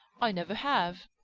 i never have.